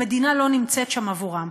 המדינה לא נמצאת שם עבורן.